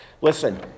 Listen